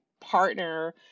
partner